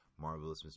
Marvelous